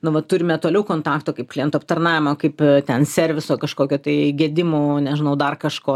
nu va turime toliau kontakto kaip kliento aptarnavimo kaip ten serviso kažkokio tai gedimų nežinau dar kažko